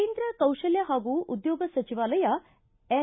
ಕೇಂದ್ರ ಕೌಶಲ್ತ ಹಾಗೂ ಉದ್ದೋಗ ಸಚಿವಾಲಯ ಎನ್